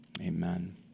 Amen